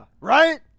right